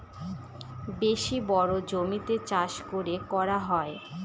বেশি বড়ো জমিতে চাষ করে করা হয়